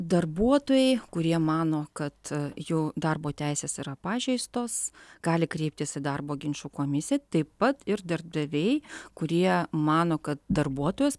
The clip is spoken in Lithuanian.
darbuotojai kurie mano kad jų darbo teisės yra pažeistos gali kreiptis į darbo ginčų komisiją taip pat ir darbdaviai kurie mano kad darbuotojas